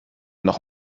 noch